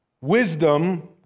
wisdom